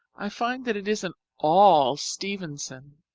i find that it isn't all stevenson.